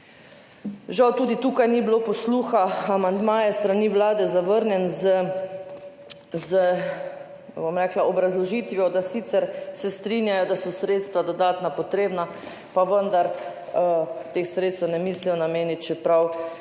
Žal tudi tukaj ni bilo posluha, amandma je s strani Vlade zavrnjen z obrazložitvijo, da se sicer strinjajo, da so dodatna sredstva potrebna, pa vendar teh sredstev ne mislijo nameniti, čeprav je bil